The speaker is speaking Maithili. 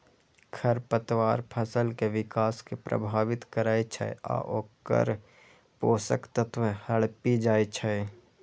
खरपतवार फसल के विकास कें प्रभावित करै छै आ ओकर पोषक तत्व हड़पि जाइ छै